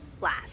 Last